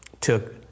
took